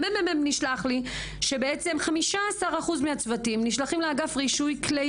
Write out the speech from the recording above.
מהממ"מ נשלח לי שבעצם 15% מהצווים נשלחים לאגף רישוי כלי